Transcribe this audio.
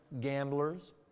gamblers